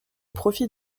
profit